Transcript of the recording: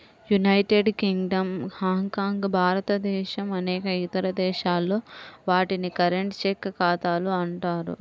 United Kingdom, Hong, భారతదేశం అనేక ఇతర దేశాల్లో, వాటిని కరెంట్, చెక్ ఖాతాలు అంటారు